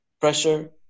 pressure